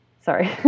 sorry